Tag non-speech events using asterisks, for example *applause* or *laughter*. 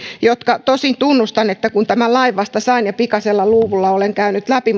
tosin tunnustan että tämän lain vasta sain ja pikaisella luvulla olen käynyt läpi *unintelligible*